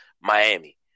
Miami